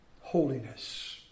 holiness